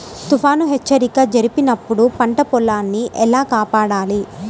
తుఫాను హెచ్చరిక జరిపినప్పుడు పంట పొలాన్ని ఎలా కాపాడాలి?